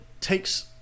takes